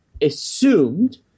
assumed